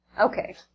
Okay